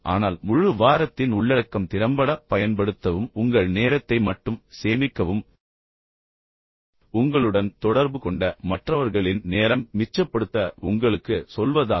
ஆனால் முழு வாரத்தின் உள்ளடக்கம் திறம்பட பயன்படுத்தவும் உங்கள் நேரத்தை மட்டும் சேமிக்கவும் ஆனால் உங்களுடன் தொடர்பு கொண்ட மற்றவர்களின் நேரம் மிச்சப்படுத்த உங்களுக்கு சொல்வதாகும்